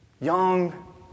young